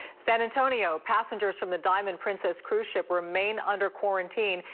san antonio, passengers from the diamond princess cruise ship remain under quarantine,